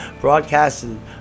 broadcasting